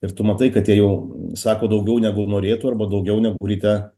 ir tu matai kad jie jau sako daugiau negu norėtų arba daugiau negu ryte